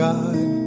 God